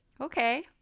Okay